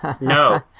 No